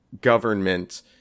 government